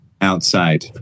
outside